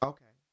Okay